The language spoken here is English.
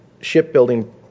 shipbuilding